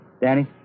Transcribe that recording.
Danny